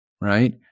right